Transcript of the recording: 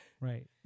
Right